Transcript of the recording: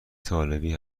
طالبی